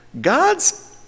God's